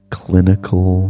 clinical